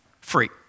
Free